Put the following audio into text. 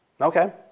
Okay